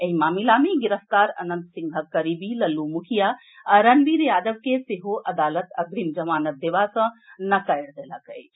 एहि मामिला मे गिरफ्तार अनंत सिंहक करीबी लल्लू मुखिया आ रणवीर यादव के सेहो अदालत अग्रिम जमानत देबा सॅ इंकार कऽ देलक अछि